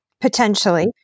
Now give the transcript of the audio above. potentially